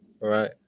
Right